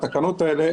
התקנות האלה,